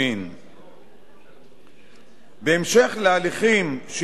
בהמשך להליכים שהתנהלו בבתי-המשפט בסוגיה הזו,